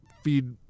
Feed